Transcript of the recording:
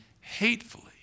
hatefully